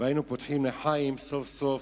והיינו עושים לחיים סוף-סוף.